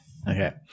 okay